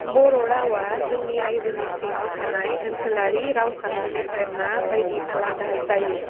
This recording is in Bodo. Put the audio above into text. बर' रावा जोंनि रायजोनि सिङाव थानाय ओनसोलारि रावसाफोरनिफ्राय मा बायदि आलादा जायो